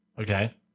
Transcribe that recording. Okay